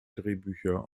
drehbücher